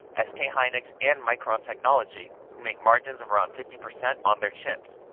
ah sk ah hynix and micron technology, who make margins of around fifty percent on their chips.